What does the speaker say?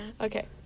Okay